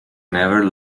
never